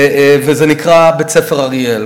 והוא נקרא בית-ספר "אריאל".